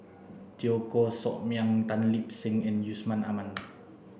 Teo Koh Sock Miang Tan Lip Seng and Yusman Aman